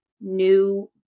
new